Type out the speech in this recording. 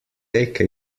take